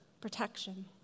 protection